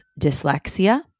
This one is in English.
dyslexia